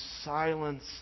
silence